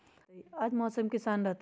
आज मौसम किसान रहतै?